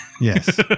yes